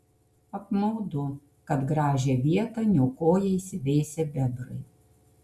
apmaudu kad gražią vietą niokoja įsiveisę bebrai